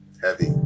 heavy